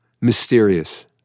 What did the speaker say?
Mysterious